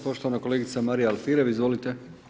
Poštovana kolegica Marija Alfirev, izvolite.